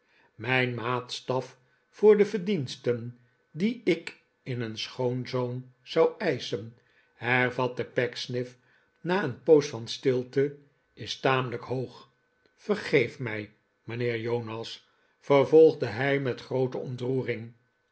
mijn maatstaf voor de verdiensten die ik in een schoonzoon zou eischen hervatte pecksniff na een poos van stilte is tamelijk hoog vergeef mij mijnheer jonas vervolgde hij met groote ontroering